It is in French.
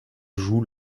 joues